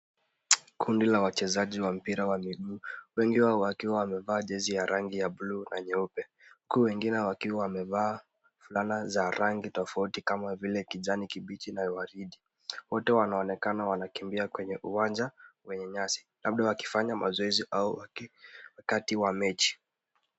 Kundi la wachezaji wa mpira wa miguu wengi wao wakiwa wamevaa jezi ya rangi ya blue na nyeupe huku wengine wakiwa wamevaa fulana za rangi tofauti kama vile kijani kibichi na waridi. Wote wanaonekana wanakimbia kwenye uwanja wenye nyasi labda wakifanya mazoezi au wakati wa mechi.